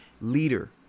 leader